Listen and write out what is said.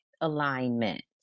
alignment